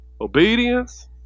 Obedience